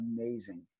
amazing